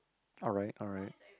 alright alright